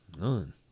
none